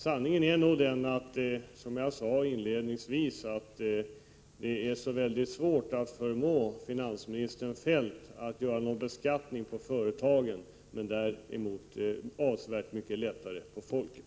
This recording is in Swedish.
Sanningen är den, som jag sade inledningsvis, att det är mycket svårt att förmå finansminister Feldt att införa en beskattning på företagen men avsevärt mycket lättare att förmå honom att lägga en sådan på folket.